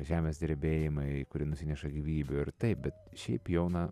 žemės drebėjimai kurie nusineša gyvybių ir taip bet šiaip jau na